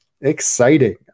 Exciting